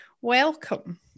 Welcome